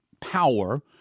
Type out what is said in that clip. power